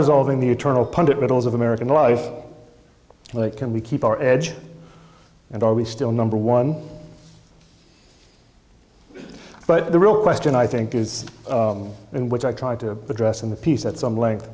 resolving the eternal pundit riddles of american life can we keep our edge and are we still number one but the real question i think is and which i tried to address in the piece at some length